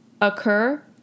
occur